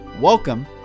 Welcome